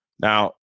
Now